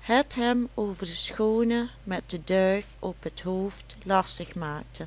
het hem over de schoone met de duif op t hoofd lastig maakte